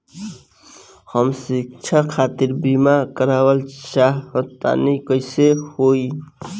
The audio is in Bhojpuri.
हम शिक्षा खातिर बीमा करावल चाहऽ तनि कइसे होई?